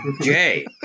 Jay